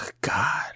God